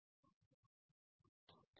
stress ratio